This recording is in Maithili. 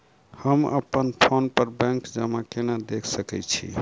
हम अप्पन फोन पर बैंक जमा केना देख सकै छी?